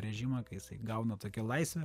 režimą kai jisai gauna tokią laisvę